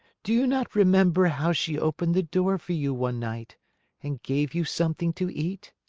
do you not remember how she opened the door for you one night and gave you something to eat?